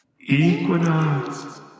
Equinox